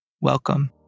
Welcome